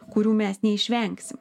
kurių mes neišvengsim